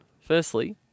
Firstly